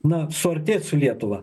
na suartėt su lietuva